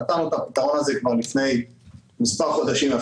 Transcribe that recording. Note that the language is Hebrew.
נתנו את הפתרון הזה כבר לפני מספר חודשים,